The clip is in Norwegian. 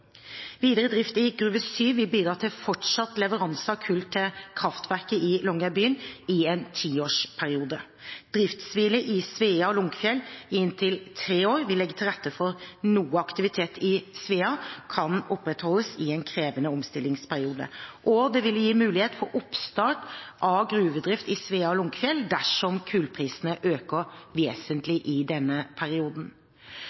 Videre drift i Gruve 7 vil bidra til fortsatt leveranse av kull til kraftverket i Longyearbyen i en tiårsperiode. Driftshvile i Svea og Lunckefjell i inntil tre år vil legge til rette for at noe aktivitet i Svea kan opprettholdes i en krevende omstillingsperiode. Det vil gi muligheter for oppstart av gruvedrift i Svea og Lunckefjell dersom kullprisene øker